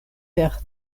per